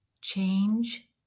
Change